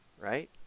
right